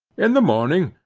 in the morning,